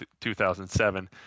2007